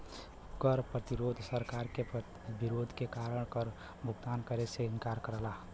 कर प्रतिरोध सरकार के विरोध के कारण कर क भुगतान करे से इंकार करला